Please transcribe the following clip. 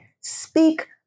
Speak